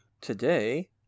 today